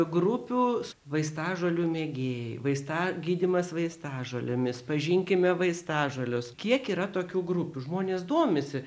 grupių vaistažolių mėgėjai vaista gydymas vaistažolėmis pažinkime vaistažoles kiek yra tokių grupių žmonės domisi